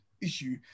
issue